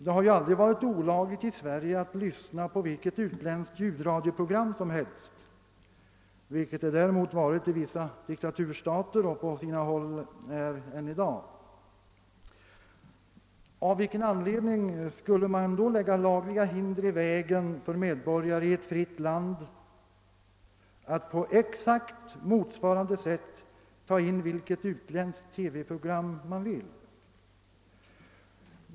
Det har ju aldrig varit olagligt att i Sverige lyssna på vilket utländskt ljudradioprogram som helst, vilket däremot varit fallet i vissa diktaturstater och är det på sina håll än i dag. Av vilken anledning skulle det då läggas lagliga hinder i vägen för medborgare i ett fritt land att på exakt motsvarande sätt ta in vilket utländskt TV-program man vill?